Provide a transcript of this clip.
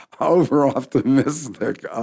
over-optimistic